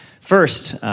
first